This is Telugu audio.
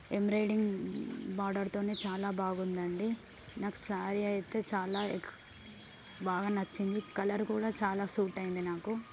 ఎంబ్రాయిడింగ్ బార్డర్తోనే చాలా బాగుందండి నాకు సారీ అయితే చాలా ఎక్కు బాగా నచ్చింది కలర్ కూడా చాలా సూట్ అయింది నాకు